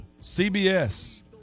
CBS